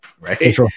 right